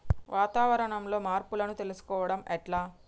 వాతావరణంలో మార్పులను తెలుసుకోవడం ఎట్ల?